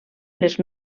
les